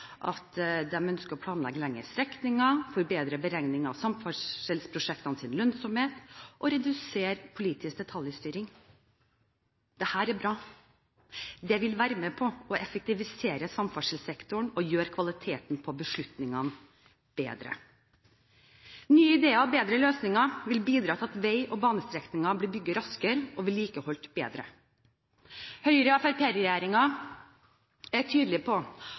planlegge lengre strekninger, forbedre beregningene av samferdselsprosjektenes lønnsomhet og redusere politisk detaljstyring. Dette er bra. Det vil være med på å effektivisere samferdselssektoren og gjøre kvaliteten på beslutningene bedre. Nye ideer og bedre løsninger vil bidra til at vei- og banestrekninger blir bygget raskere og vedlikeholdt bedre. Høyre–Fremskrittsparti-regjeringen er tydelig på